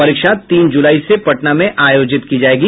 परीक्षा तीन जुलाई से पटना में आयोजित की जायेगी